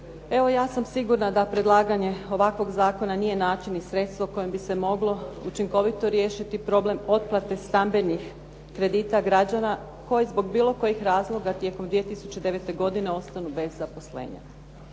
Evo, ja sam sigurna da predlaganje ovakvog zakona nije način i sredstvo kojim bi se moglo učinkovito riješiti problem otplate stambenih kredita građana koji zbog bilo kojih razloga tijekom 2009. godine ostanu bez zaposlenja.